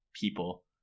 people